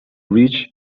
rich